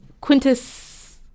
Quintus